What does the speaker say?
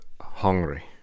hungry